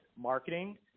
marketing